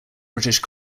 british